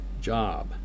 job